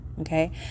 okay